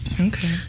Okay